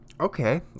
Okay